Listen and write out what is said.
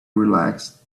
relaxed